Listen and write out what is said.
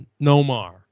Nomar